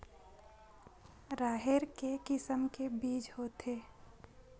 राहेर के किसम के बीज होथे?